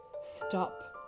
Stop